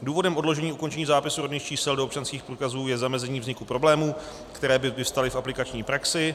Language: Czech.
Důvodem odložení ukončení zápisu rodných čísel do občanských průkazů je zamezení vzniku problémů, které by vyvstaly v aplikační praxi.